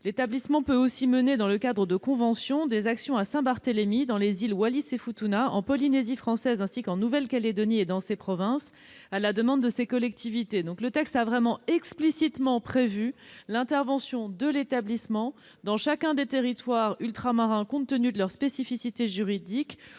...] Il peut aussi mener, dans le cadre de conventions, des actions à Saint-Barthélemy, dans les îles Wallis et Futuna, en Polynésie française ainsi qu'en Nouvelle-Calédonie et dans ses provinces, à la demande de ces collectivités. » Le texte a donc explicitement prévu l'intervention de l'établissement dans chacun des territoires ultramarins, compte tenu de leur spécificité juridique.